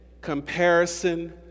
Comparison